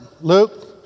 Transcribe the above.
Luke